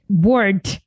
Word